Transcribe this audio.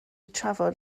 trafod